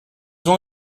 ont